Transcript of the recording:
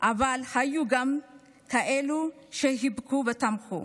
אבל היו גם כאלו שחיבקו ותמכו